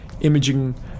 imaging